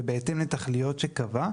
ובהתאם לתכליות שקבע,